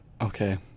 okay